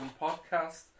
podcast